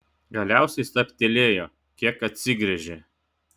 galiausiai stabtelėjo kiek atsigręžė